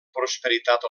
prosperitat